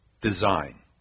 design